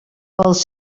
pels